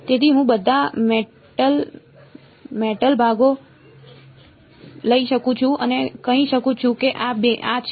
તેથી હું બધા મેટલ ભાગો લઈ શકું છું અને કહી શકું છું કે આ છે